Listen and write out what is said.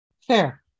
fair